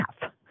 half